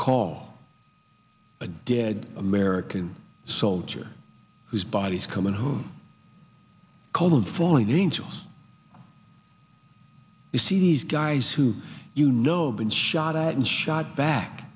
call a dead american soldier whose bodies coming home cold and falling into you see these guys who you know been shot at and shot back